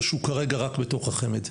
או שהוא כרגע רק בתוך החמ"ד?